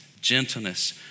gentleness